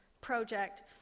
project